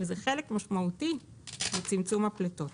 וזה חלק משמעותי לצמצום הפליטות.